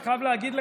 אני חייב להגיד לך,